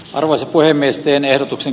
arvoisa puhemies teen ehdotuksen